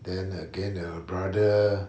then again a brother